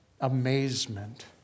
amazement